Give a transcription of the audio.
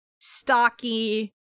stocky